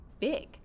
big